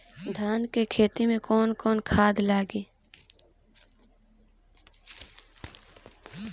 धान के खेती में कवन कवन खाद लागी?